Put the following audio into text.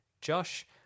Josh